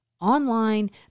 Online